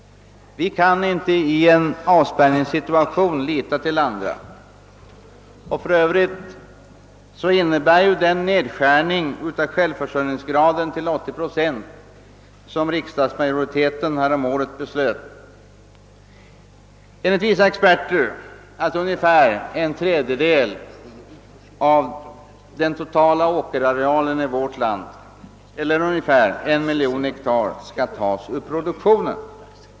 I en avspärrningssituation kan vi inte lita till andra. För övrigt innebär den nedskärning av självförsörjningsgraden till 80 procent, som riksdagsmajoriteten häromåret beslöt, enligt vissa experter att ungefär en tredjedel av den totala åkerarealen i vårt land — ungefär 1 miljon hektar — skall tas ur produktionen.